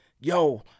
yo